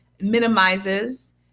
minimizes